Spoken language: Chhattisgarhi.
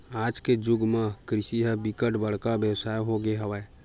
आज के जुग म कृषि ह बिकट बड़का बेवसाय हो गे हवय